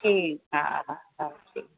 ठीकु आहे हा हा ठीकु